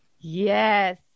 Yes